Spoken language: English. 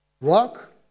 rock